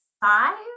five